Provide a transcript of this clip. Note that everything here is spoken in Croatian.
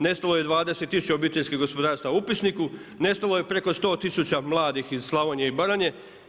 Nestalo je 20000 obiteljskih gospodarstava u upisniku, nestalo je preko 100 tisuća mladih iz Slavonije i Baranje.